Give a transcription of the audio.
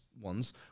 ones